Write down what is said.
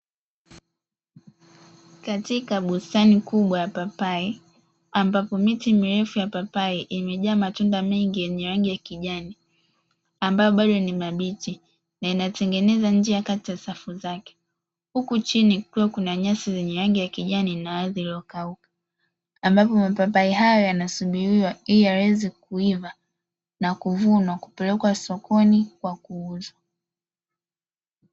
Katika bustani kubwa ya papai, ambapo miti mirefu ya papai imejaa mtunda mengi yenye rangi ya kijani, ambayo bado ni mabichi na inatengeneza njia kati ya safu zake, huku chini kukiwa kuna nyasi zenye rangi ya kijani na zilizokauka, ambapo mapapai hayo yanasubiriwa ili yaweze kuiva na kuvunwa kupelekwa sokoni kwa kuuzwa.